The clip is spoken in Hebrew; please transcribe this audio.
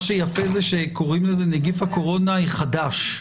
מה שיפה זה שקוראים לזה נגיף הקורונה החדש.